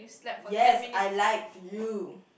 yes I like you